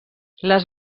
les